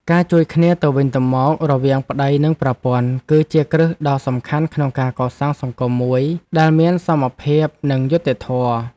ការជួយគ្នាទៅវិញទៅមករវាងប្តីនិងប្រពន្ធ គឺជាគ្រឹះដ៏សំខាន់ក្នុងការកសាងសង្គមមួយដែលមានសមភាពនិងយុត្តិធម៌។